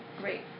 Great